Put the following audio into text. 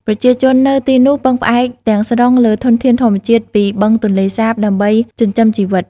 ប្រជាជននៅទីនោះពឹងផ្អែកទាំងស្រុងលើធនធានធម្មជាតិពីបឹងទន្លេសាបដើម្បីចិញ្ចឹមជីវិត។